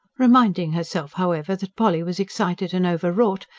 reminding herself, however, that polly was excited and over-wrought,